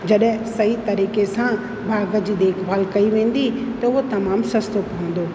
जॾहिं सही तरीक़े सां बाग़ जी देखबाल कई वेंदी त उहो तमामु सस्तो पवंदो